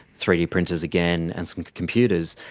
three d printers again, and some computers.